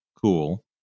Cool